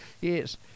Yes